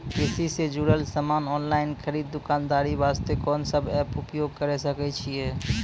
कृषि से जुड़ल समान ऑनलाइन खरीद दुकानदारी वास्ते कोंन सब एप्प उपयोग करें सकय छियै?